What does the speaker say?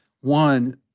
one